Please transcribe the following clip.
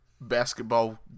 basketball